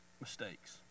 mistakes